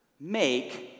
make